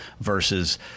versus